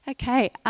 Okay